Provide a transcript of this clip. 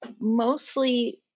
mostly